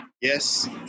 Yes